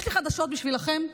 יש לי חדשות בשבילכם: